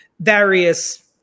various